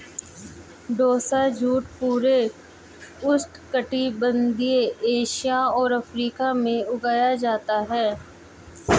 टोसा jute पूरे उष्णकटिबंधीय Asia और अफ्रीका में उगाया जाता है